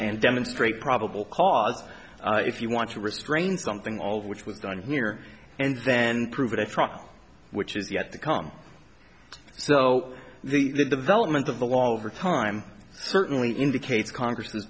and demonstrate probable cause if you want to restrain something all of which was done here and then prove it at trial which is yet to come so the development of the law over time certainly indicates congress